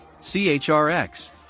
CHRX